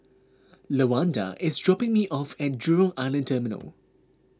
Lawanda is dropping me off at Jurong Island Terminal